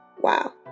Wow